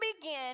begin